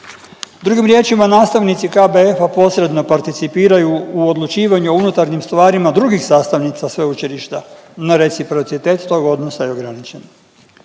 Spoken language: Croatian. Drugim riječima, nastavnici KBF-a posredno participiraju u odlučivanju o unutarnjim stvarima drugih sastavnica sveučilišta, no reciprocitet tog odnosa je ograničen.